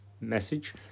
message